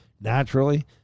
naturally